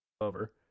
over